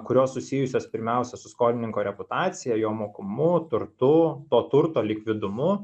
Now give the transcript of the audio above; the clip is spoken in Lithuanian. kurios susijusios pirmiausia su skolininko reputacija jo mokumu turtu to turto likvidumu